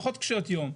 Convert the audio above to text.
המשפחות קשות יום,